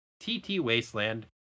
ttwasteland